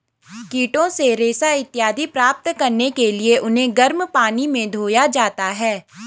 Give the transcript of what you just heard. कीटों से रेशा इत्यादि प्राप्त करने के लिए उन्हें गर्म पानी में धोया जाता है